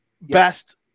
best